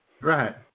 Right